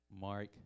Mark